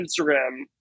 Instagram